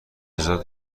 نجات